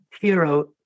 hero